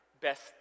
best